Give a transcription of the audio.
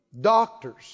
Doctors